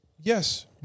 Yes